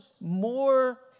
more